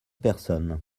personnes